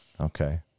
Okay